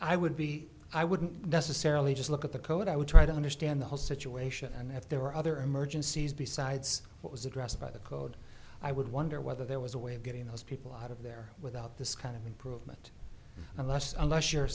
i would be i wouldn't necessarily just look at the code i would try to understand the whole situation and if there were other emergencies besides what was addressed by the code i would wonder whether there was a way of getting those people out of there without this kind of improvement unless unless you're